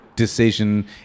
decision